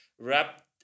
wrapped